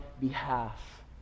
behalf